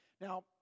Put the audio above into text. Now